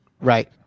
right